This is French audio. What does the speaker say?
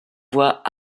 voit